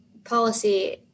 Policy